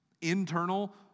Internal